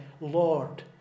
Lord